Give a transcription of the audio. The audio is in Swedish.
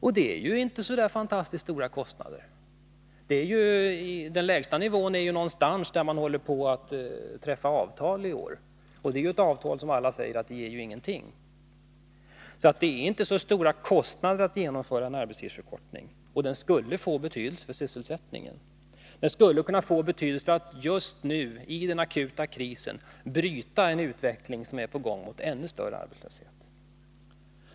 Och det är ju inte så där fantastiskt stora kostnader. Den lägsta nivån är ju någonstans där man håller på att träffa avtal i år, och det gäller ju avtal som alla säger ger ingenting. Det innebär alltså inte så stora kostnader att genomföra en arbetstidsförkortning, och den skulle få betydelse för sysselsättningen. Den skulle kunna få betydelse för att just nu, i den akuta krisen, bryta den utveckling som är på gång mot ännu större arbetslöshet.